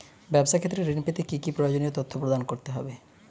ব্যাবসা ক্ষেত্রে ঋণ পেতে কি কি প্রয়োজনীয় তথ্য প্রদান করতে হবে?